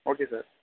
okay sir